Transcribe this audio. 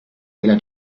della